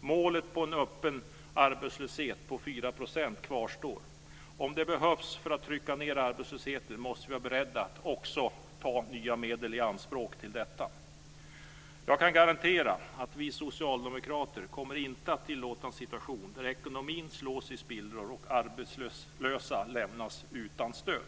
Målet om en öppen arbetslöshet på 4 % kvarstår. Om det behövs för att trycka ned arbetslösheten måste vi vara beredda att ta nya medel i anspråk för detta. Jag kan garantera att vi socialdemokrater inte kommer att tillåta en situation där ekonomin slås i spillror och arbetslösa lämnas utan stöd.